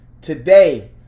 today